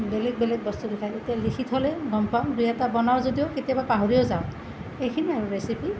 বেলেগ বেলেগ বস্তু দেখাই এতিয়া লিখি থলে গম পাম দুই এটা বনাওঁ যদিও কেতিয়াবা পাহৰিয়েই যাওঁ এইখিনিয়ে আৰু ৰেচিপি